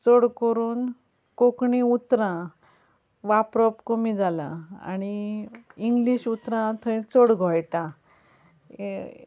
चड करून कोंकणी उतरां वापरप कमी जालां आनी इंग्लीश उतरां थंय चड घोळटात ए